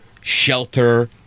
shelter